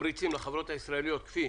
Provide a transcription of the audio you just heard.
תמריצים לחברות הישראליות, כפי